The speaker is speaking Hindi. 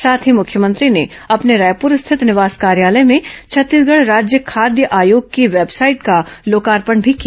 साथ ही मुख्यमंत्री ने अपने रायपूर स्थित निवास कार्यालय में छत्तीसगढ़ राज्य खाद्य आयोग की वेबसाइट का लोकार्पण भी किया